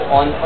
on